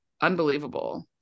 unbelievable